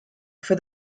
for